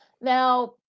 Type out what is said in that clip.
Now